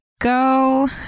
go